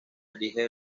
elige